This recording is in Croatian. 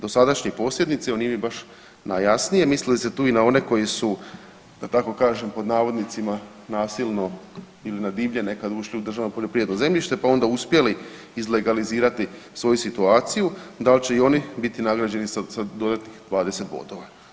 Dosadašnji posjednici, ovo mi baš nije najjasnije misli li se tu i na one koji su da tako kažem pod navodnicima nasilno ili na divlje nekad ušli u državno poljoprivredno zemljište pa onda uspjeli izlegalizirati svoju situaciju, da li će i oni biti nagrađeni sa dodatnih 20 bodova.